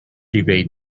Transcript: evade